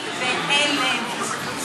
אני בהלם.